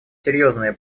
серьезные